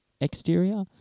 exterior